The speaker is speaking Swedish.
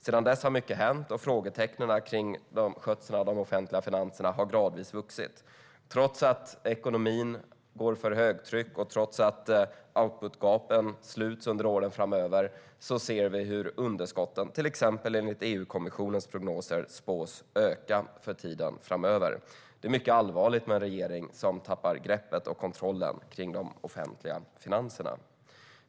Sedan dess har mycket hänt, och frågetecknen kring skötseln av de offentliga finanserna har gradvis vuxit. Trots att ekonomin går för högtryck och outputgapen sluts under åren framöver ser vi hur underskotten spås öka för tiden framöver, till exempel enligt EU-kommissionens prognoser. Det är mycket allvarligt med en regering som tappar greppet och kontrollen över de offentliga finanserna.